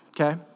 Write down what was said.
okay